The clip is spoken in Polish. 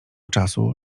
czasu